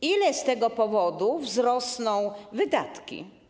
Ile z tego powodu wzrosną wydatki?